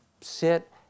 sit